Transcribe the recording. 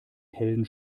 helden